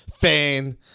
fan